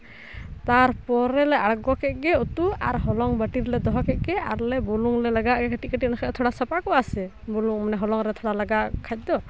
ᱛᱟᱨᱯᱚᱨᱮ ᱞᱮ ᱟᱬᱜᱚ ᱠᱮᱫ ᱜᱮ ᱩᱛᱩ ᱟᱨ ᱦᱚᱞᱚᱝ ᱵᱟᱹᱴᱤ ᱨᱮᱞᱮ ᱫᱚᱦᱚ ᱠᱮᱫᱜᱮ ᱟᱨᱞᱮ ᱵᱩᱞᱩᱝ ᱞᱮ ᱞᱟᱜᱟᱣᱟᱫ ᱜᱮ ᱠᱟᱹᱴᱤᱡ ᱠᱟᱹᱴᱤᱡ ᱱᱟᱥᱮᱭᱟᱜ ᱛᱷᱚᱲᱟ ᱥᱟᱵᱟᱜᱚᱜᱼᱟ ᱥᱮ ᱵᱩᱞᱩᱝ ᱚᱱᱟ ᱦᱚᱞᱚᱝ ᱨᱮ ᱛᱷᱚᱲᱟ ᱞᱟᱜᱟᱣᱟᱜ ᱠᱷᱟᱡ ᱫᱚ